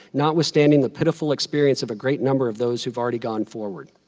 notwithstanding the pitiful experience of a great number of those who have already gone forward.